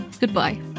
goodbye